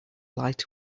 light